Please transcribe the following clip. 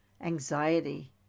anxiety